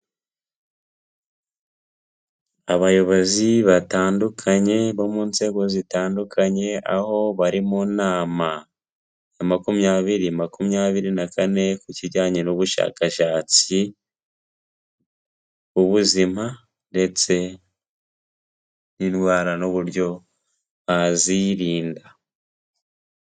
Abayobozi batandukanye, bo mu nzego zitandukanye, aho bari mu nama ya makumyabiri makumyabiri na kane, ku kijyanye n'ubushakashatsi ubuzima ndetse n'indwawana n'uburyo bazirinda.